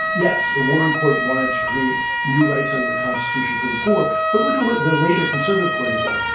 yes, the warren court wanted to create new rights under the constitution for the poor. but look at what the later conservative court has done.